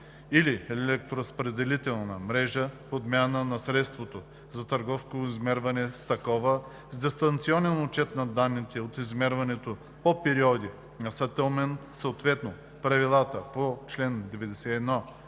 или електроразпределителната мрежа подмяна на средството за търговско измерване с такова с дистанционен отчет на данните от измерването по периоди на сетълмент съгласно правилата по чл. 91,